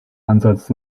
ansatz